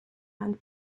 and